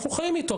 אנחנו חיים איתו.